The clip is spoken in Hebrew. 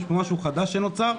יש פה משהו חדש שנוצר,